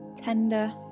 tender